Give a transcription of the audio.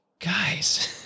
guys